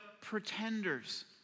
pretenders